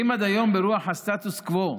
אם עד היום, ברוח הסטטוס קוו,